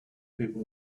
people